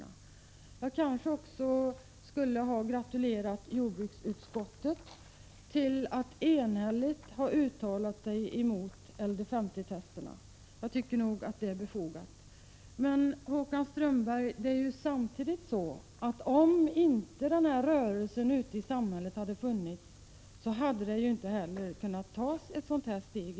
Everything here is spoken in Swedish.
Jag skulle kanske också ha gratulerat jordbruksutskottet till att enhälligt ha uttalat sig emot LD 50-testerna — det vore befogat, tycker jag. Det är ju så, Håkan Strömberg, att om inte denna rörelse ute i samhället hade funnits, så hade inte heller ett sådant här steg kunnat tas i dag.